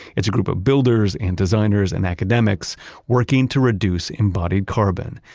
it's a group of builders and designers and academics working to reduce embodied carbon,